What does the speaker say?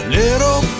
little